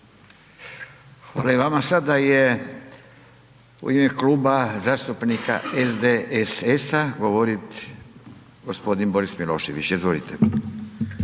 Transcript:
Hvala i vama. Sada je u ime Kluba zastupnika SDSS-a govoriti g. Boris Milošević, izvolite.